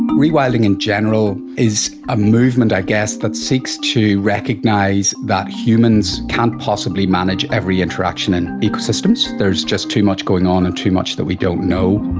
rewilding in general is a movement i guess that seeks to recognise that humans can't possibly manage every interaction in ecosystems, there's just too much going on and too much that we don't know.